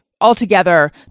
altogether